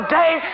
day